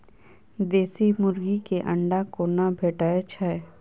देसी मुर्गी केँ अंडा कोना भेटय छै?